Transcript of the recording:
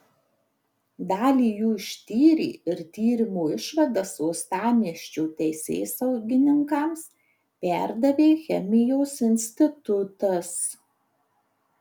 dalį jų ištyrė ir tyrimo išvadas uostamiesčio teisėsaugininkams perdavė chemijos institutas